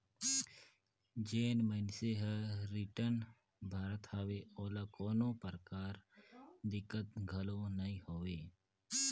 जेन मइनसे हर रिटर्न भरत हवे ओला कोनो परकार दिक्कत घलो नइ होवे